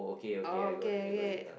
oh okay okay